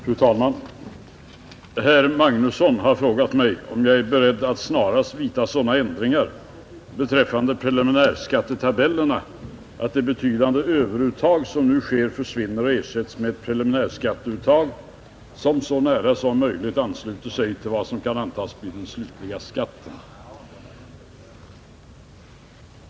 Fru talman! Herr Magnusson i Borås har frågat mig om jag är beredd att snarast vidta sådana ändringar beträffande preliminärskattetabellerna att det betydande överuttag som nu sker försvinner och ersätts med ett preliminärskatteuttag som så nära som möjligt ansluter sig till vad som kan antas bli den slutliga skatten.